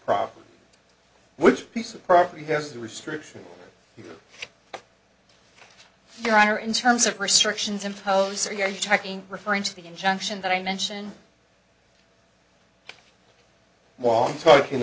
problem which piece of property has the restriction you your honor in terms of restrictions imposed are you talking referring to the injunction that i mention while i'm talking